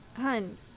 Hun